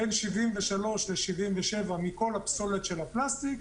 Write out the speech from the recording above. בין 73 ל-77 מכל הפסולת של הפלסטיק,